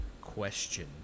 Question